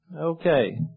Okay